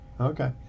okay